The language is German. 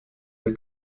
der